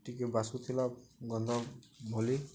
ଟିକେ ବାସୁଥିଲା ଗନ୍ଧ ଭଳି